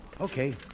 Okay